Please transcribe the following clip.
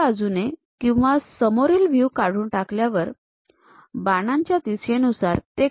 त्या बाजूने किंवा समोरील व्ह्यू काढून टाकल्यावर बाणांच्या दिशेनुसार ते